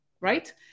right